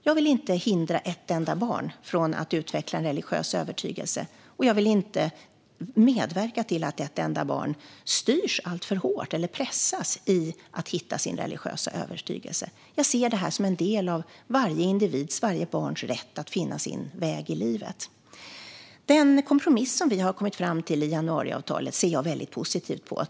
Jag vill inte hindra ett enda barn från att utveckla en religiös övertygelse, och jag vill inte medverka till att ett enda barn styrs alltför hårt eller pressas till att hitta sin religiösa övertygelse. Jag ser detta som en del av varje individs - varje barns - rätt att finna sin väg i livet. Den kompromiss vi har kommit fram till i januariavtalet ser jag väldigt positivt på.